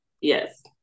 Yes